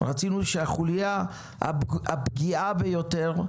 רצינו שלחוליה הפגיעה ביותר,